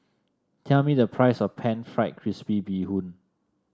tell me the price of pan fried crispy Bee Hoon